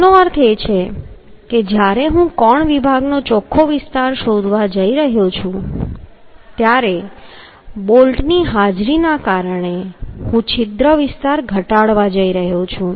તેનો અર્થ એ છે કે જ્યારે હું કોણ વિભાગનો ચોખ્ખો વિસ્તાર શોધવા જઈ રહ્યો છું ત્યારે બોલ્ટની હાજરીને કારણે હું છિદ્ર વિસ્તાર ઘટાડવા જઈ રહ્યો છું